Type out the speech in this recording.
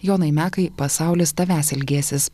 jonai mekai pasaulis tavęs ilgėsis